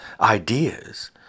ideas